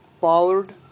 powered